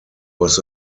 was